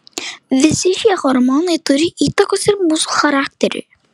visi šie hormonai turi įtakos ir mūsų charakteriui